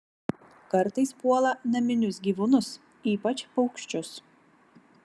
kartais puola naminius gyvūnus ypač paukščius